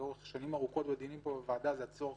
לאורך שנים ארוכות בדיוני הוועדה זה הצורך